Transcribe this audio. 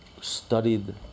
studied